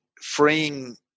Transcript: freeing